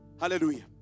Hallelujah